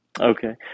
Okay